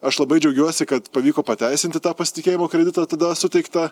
aš labai džiaugiuosi kad pavyko pateisinti tą pasitikėjimo kreditą tada suteiktą